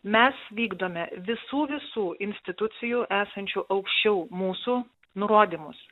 mes vykdome visų visų institucijų esančių aukščiau mūsų nurodymus